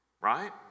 right